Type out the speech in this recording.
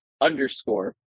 underscore